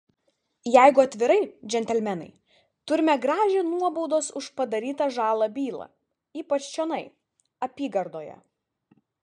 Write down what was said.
jeigu atvirai džentelmenai turime gražią nuobaudos už padarytą žalą bylą ypač čionai apygardoje